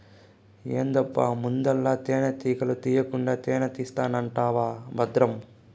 ఏందబ్బా ముందల తేనెటీగల తీకుండా తేనే తీస్తానంటివా బద్రం